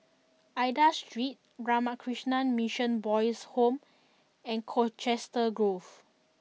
Aida Street Ramakrishna Mission Boys' Home and Colchester Grove